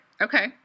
Okay